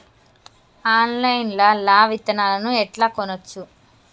Online లా విత్తనాలను ఎట్లా కొనచ్చు?